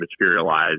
materialized